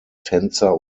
tänzer